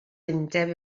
undeb